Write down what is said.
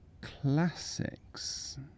Classics